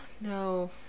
No